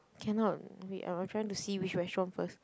cannot wait I trying to see which restaurant first